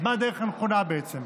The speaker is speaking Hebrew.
אז מה הדרך הנכונה בעצם?